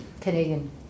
Canadian